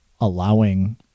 allowing